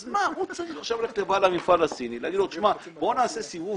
אז הוא צריך עכשיו ללכת לבעל המפעל הסיני ולומר לו שנעשה סיבוב